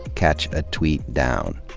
catch a tweet down.